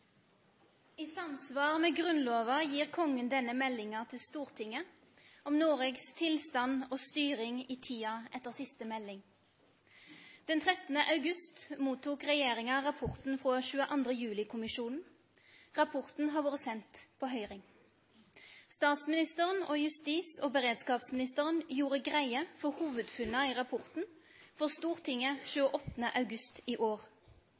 i tida etter siste melding, lesen av statsråd Hadia Tajik. I samsvar med Grunnlova gir Kongen denne meldinga til Stortinget om Noregs tilstand og styring i tida etter siste melding. Den 13. august tok regjeringa imot rapporten frå 22. juli-kommisjonen. Rapporten har vore sendt på høyring. Statsministeren og